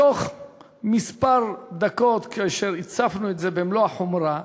בתוך מספר דקות, כאשר הצפנו את זה במלוא החומרה,